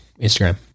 Instagram